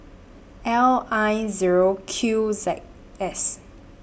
L I Zero Q Z S